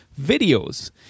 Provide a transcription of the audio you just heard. videos